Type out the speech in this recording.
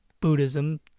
Buddhism